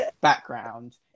background